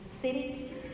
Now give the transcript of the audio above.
city